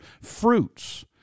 fruits